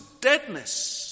deadness